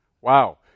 Wow